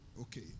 okay